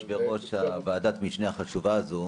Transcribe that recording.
אני רוצה לברך על ועדת המשנה החשובה הזו,